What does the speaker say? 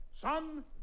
son